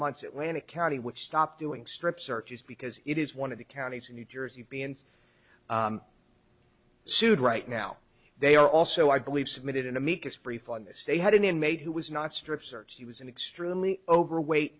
months atlanta county which stopped doing strip searches because it is one of the counties in new jersey beings sued right now they are also i believe submitted an amicus brief on the state had an inmate who was not strip searched he was an extremely overweight